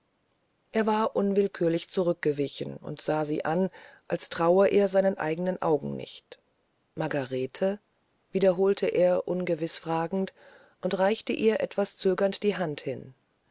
er war unwillkürlich zurückgewichen und sah sie an als traute er seinen eigenen augen nicht margarete wiederholte er ungewiß fragend und reichte ihr etwas zögernd die hand hin